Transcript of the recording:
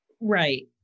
Right